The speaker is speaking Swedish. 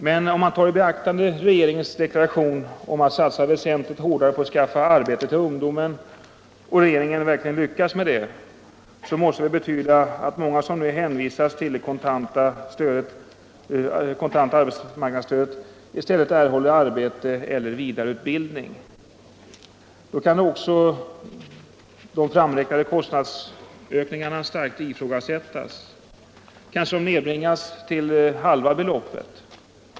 Men om man tar i beaktande regeringens deklaration om att satsa väsentligt hårdare på att skaffa arbete till ungdomen — och regeringen verkligen lyckas med det — så måste det betyda att många som nu hänvisas till det kontanta arbetsmarknadsstödet i stället erhåller arbete eller vidareutbildning. Då kan också de framräknade kostnadsökningarna starkt ifrågasättas. Kanske nedbringas dessa till halva beloppet.